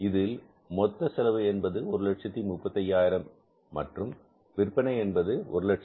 இதில் மொத்த செலவு என்பது 135000 மற்றும் விற்பனை என்பது 150000